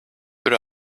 but